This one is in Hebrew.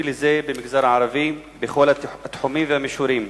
לשירותי הבריאות במגזר הערבי בכל התחומים והמישורים.